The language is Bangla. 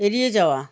এড়িয়ে যাওয়া